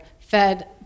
fed